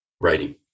writing